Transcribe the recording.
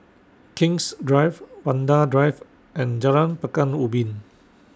King's Drive Vanda Drive and Jalan Pekan Ubin